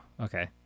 okay